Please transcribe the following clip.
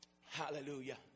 Hallelujah